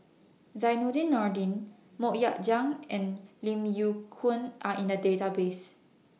Zainudin Nordin Mok Ying Jang and Lim Yew Kuan Are in The Database